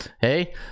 hey